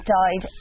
died